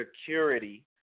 security